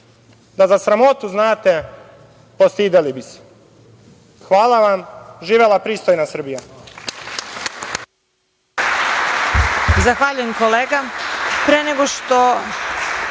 Da za sramotu znate, postideli bi se. Hvala vam, živela pristojna Srbija.